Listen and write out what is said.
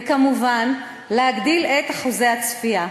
וכמובן להגדיל את אחוזי הצפייה.